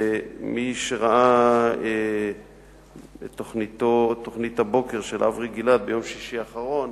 ומי שראה את תוכנית הבוקר של אברי גלעד ביום שישי האחרון,